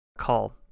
call